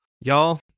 Y'all